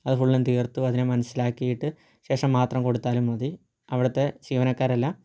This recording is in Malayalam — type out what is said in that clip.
അത് ഫുള്ളും തീർത്തും അതിനെ മനസ്സിലാക്കിയിട്ട് ശേഷം മാത്രം കൊടുത്താലും മതി അവിടുത്തെ ജീവനക്കരെല്ലാം